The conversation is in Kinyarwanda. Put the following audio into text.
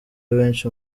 abenshi